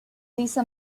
lisa